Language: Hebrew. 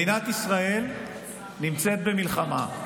מדינת ישראל נמצאת במלחמה.